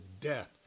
death